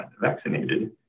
vaccinated